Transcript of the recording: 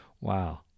Wow